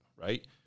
right